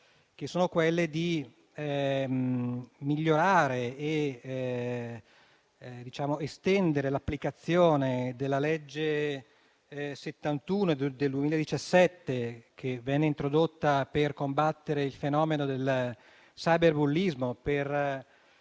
che sono quelle di migliorare ed estendere l'applicazione della legge n. 71 del 2017. Tale legge venne introdotta per combattere il fenomeno del cyberbullismo,